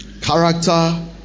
Character